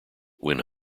when